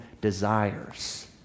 desires